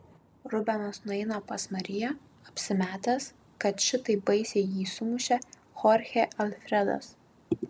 rubenas nueina pas mariją apsimetęs kad šitaip baisiai jį sumušė chorchė alfredas